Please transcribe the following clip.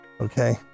okay